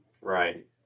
Right